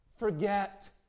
forget